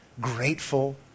grateful